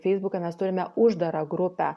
feisbuke mes turime uždarą grupę